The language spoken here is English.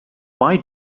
why